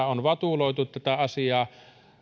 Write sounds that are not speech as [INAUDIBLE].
[UNINTELLIGIBLE] on vatuloitu tätä asiaa